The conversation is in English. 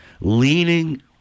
Leaning